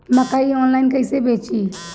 मकई आनलाइन कइसे बेची?